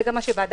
זה גם מה שוועדת